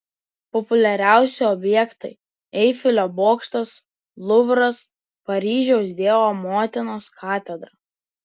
populiariausi objektai eifelio bokštas luvras paryžiaus dievo motinos katedra